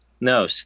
no